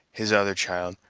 his other child,